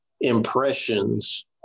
impressions